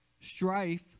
Strife